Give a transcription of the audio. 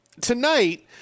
tonight